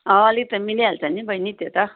अलिक त मिलिहाल्छ नि बहिनी त्यो त